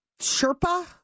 Sherpa